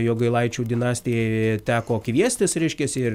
jogailaičių dinastijai teko kviestis reiškiasi ir